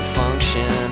function